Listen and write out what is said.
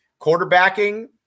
quarterbacking